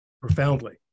profoundly